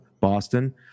Boston